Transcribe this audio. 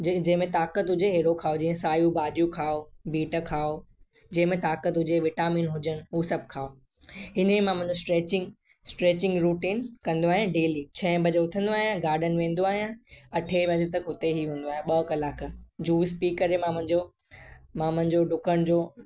जे जंहिंमें ताक़त हुजे अहिड़ो खाओ जीअं सायूं भाॼियूं खाओ बीट खाओ जंहिंमें ताक़त हुजे विटामिन हुजनि हो सभु खाओ हिन ई मां मुंहिंजो स्ट्रैचिंग स्ट्रैचिंग रूटीन कंदो आहियां डेली छह बजे उथंदो आहियां गार्डन वेंदो आहियां अठें बजे तक उते ई हूंदो आहियां ॿ कलाक जूस पी करे मां मुंहिंजो मां मुंहिंजो डुकण जो